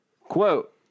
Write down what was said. quote